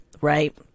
right